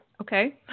okay